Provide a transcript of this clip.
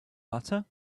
butter